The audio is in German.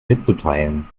mitzuteilen